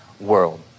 world